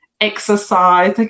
exercise